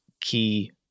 key